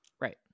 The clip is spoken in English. Right